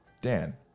Dan